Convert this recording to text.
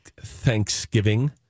Thanksgiving